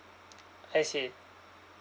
I see